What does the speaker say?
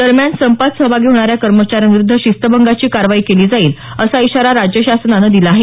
दरम्यान संपात सहभागी होणाऱ्या कर्मचाऱ्यांविरुद्ध शिस्तभंगाची कारवाई केली जाईल असा इशारा राज्य शासनानं दिला आहे